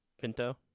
Pinto